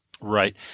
Right